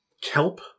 Kelp